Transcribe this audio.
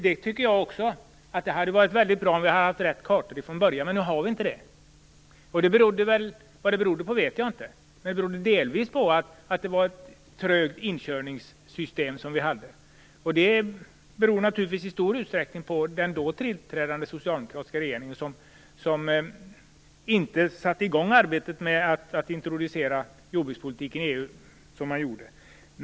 Jag tycker också att det hade varit väldigt bra om vi hade haft rätt kartor från början, men nu hade vi inte det. Vad det berodde på vet jag inte, men det berodde i alla fall delvis på ett trögt inkörningssystem. Det hade naturligtvis att göra med att den då tillträdande socialdemokratiska regeringen inte satte i gång arbetet med att introducera jordbrukspolitiken i EU.